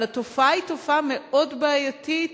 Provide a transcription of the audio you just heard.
אבל התופעה היא מאוד בעייתית,